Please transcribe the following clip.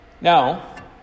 Now